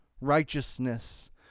righteousness